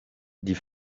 die